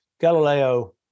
Galileo